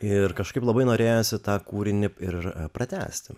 ir kažkaip labai norėjosi tą kūrinį ir pratęsti